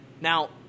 Now